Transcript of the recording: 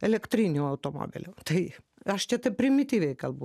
elektrinių automobilių tai aš čia taip primityviai kalbu